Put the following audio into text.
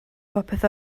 popeth